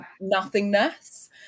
nothingness